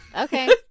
Okay